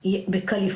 בתקינה.